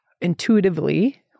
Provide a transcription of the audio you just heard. intuitively